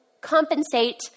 compensate